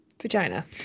vagina